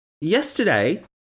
Yesterday